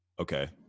Okay